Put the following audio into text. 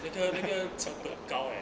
那个那个钟头高 eh